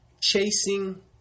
Chasing